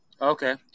Okay